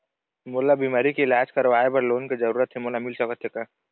मोला बीमारी के इलाज करवाए बर लोन के जरूरत हे मोला मिल सकत हे का?